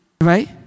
right